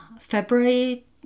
February